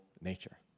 nature